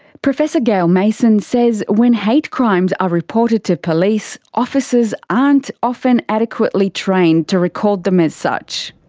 professor gail mason says when hate crimes are reported to police, officers aren't often adequately trained to record them as such.